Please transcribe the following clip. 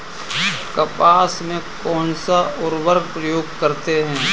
कपास में कौनसा उर्वरक प्रयोग करते हैं?